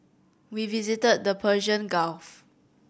we visited the Persian Gulf